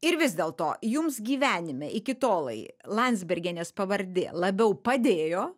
ir vis dėlto jums gyvenime iki tolai landsbergienės pavardė labiau padėjo